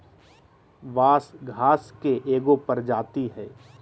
बांस घास के एगो प्रजाती हइ